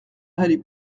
aller